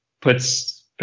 puts